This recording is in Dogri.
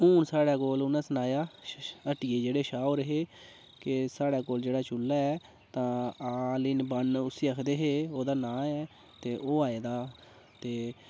हून साढ़े कोल उ'नें सनाया हट्टियै जेह्ड़े शाह् होर हे की साढ़े कोल जेह्ड़ा चु'ल्ला ऐ तां ऑल इन वन उसी आखदे हे ओह्दा नांऽ ऐ ओह् आये दा ते